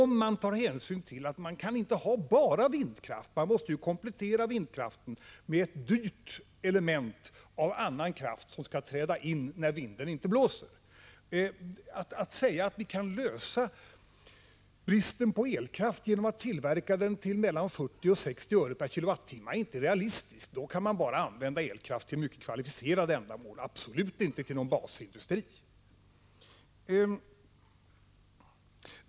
Man måste ta hänsyn till att man inte kan ha enbart vindkraft, man måste ju komplettera vindkraften med ett dyrt element av annan kraft, som skall träda in när vinden inte blåser. Att säga att vi kan lösa problemet med bristen på elkraft genom att tillverka den till mellan 40 och 60 öre per kilowattimme är inte realistiskt. Då kan man bara använda elkraft till mycket kvalificerade ändamål och absolut inte till någon basindustri.